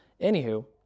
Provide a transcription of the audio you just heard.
Anywho